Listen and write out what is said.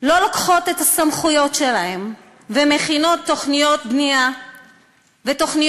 לא לוקחות את הסמכויות שלהן ומכינות תוכניות בנייה מפורטות,